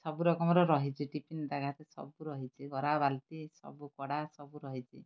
ସବୁ ରକମର ରହିଛି ଟିଫନ୍ ତା ଦେହରେ ସବୁ ରହିଛି ଗରା ବାଲ୍ଟି ସବୁ କଡ଼ା ସବୁ ରହିଛି